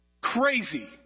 Crazy